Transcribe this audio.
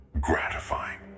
gratifying